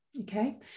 Okay